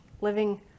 living